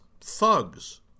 thugs